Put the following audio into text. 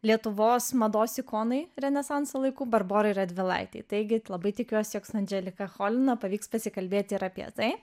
lietuvos mados ikonai renesanso laikų barborai radvilaitei taigi labai tikiuosi jog su andželika cholina pavyks pasikalbėti ir apie tai